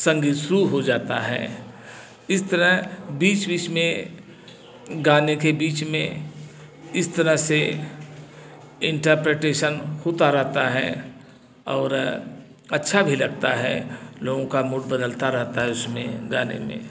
संगीत शुरू हो जाता है इस तरह बीच बीच में गाने के बीच में इस तरह से इंटरप्रिटेशन होता रहता है और अच्छा भी लगता है लोगों का मूड बदलता रहता है उसमें गाने में